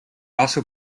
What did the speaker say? also